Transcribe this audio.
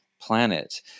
planet